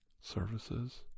services